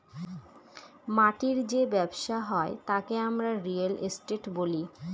মাটির যে ব্যবসা হয় তাকে আমরা রিয়েল এস্টেট বলি